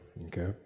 okay